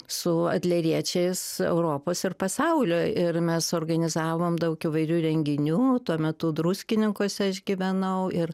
su adleriečiais europos ir pasaulio ir mes suorganizavom daug įvairių renginių tuo metu druskininkuose aš gyvenau ir